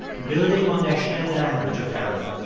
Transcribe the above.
building on their shared language of heroin.